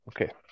Okay